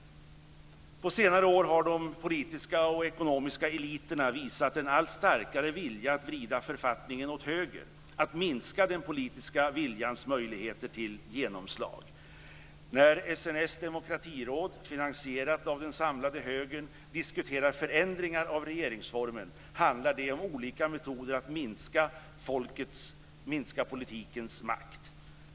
På senare år har de politiska och ekonomiska eliterna visat en allt starkare vilja att vrida författningen åt höger - att minska den politiska viljans möjligheter till genomslag. När SNS Demokratiråd, finansierat av den samlade högern, diskuterar förändringar av regeringsformen handlar det om olika metoder att minska folkets - politikens - makt.